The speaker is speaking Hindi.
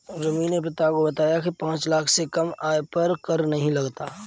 रिमी ने पिता को बताया की पांच लाख से कम आय पर कर नहीं लगता